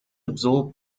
absorbed